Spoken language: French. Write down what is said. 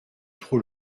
trop